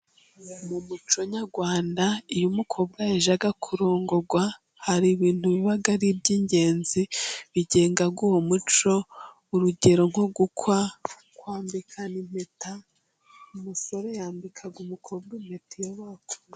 Mu muco nyarwanda iyo umukobwa yajyaga kurongorwa hari ibintu biba ari iby'ingenzi. Bigenga uwo muco. Urugero nko gukwa kwambikana impeta. Umusore yambika umukobwa impeta iyo baku.....